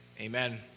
Amen